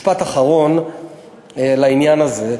משפט אחרון לעניין הזה.